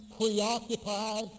preoccupied